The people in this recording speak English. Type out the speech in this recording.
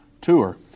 tour